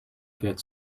get